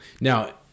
Now